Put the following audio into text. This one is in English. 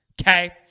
okay